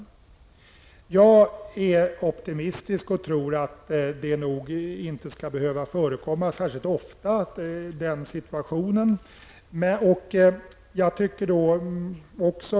Jag är optimistisk och tror att den situationen inte skall behöva förekomma särskilt ofta.